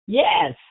yes